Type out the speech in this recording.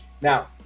Now